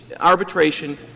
arbitration